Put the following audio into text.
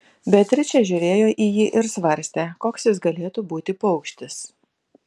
beatričė žiūrėjo į jį ir svarstė koks jis galėtų būti paukštis